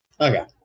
Okay